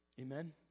amen